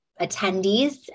attendees